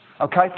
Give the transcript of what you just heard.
Okay